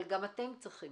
אבל גם אתם צריכים,